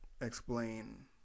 explain